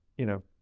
you know,